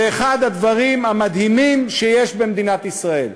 זה אחד הדברים המדהימים שיש במדינת ישראל.